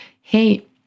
hey